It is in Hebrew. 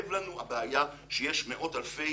כואבת לנו הבעיה שיש מאות אלפי